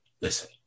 listen